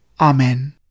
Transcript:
Amen